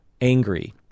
angry